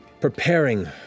preparing